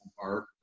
park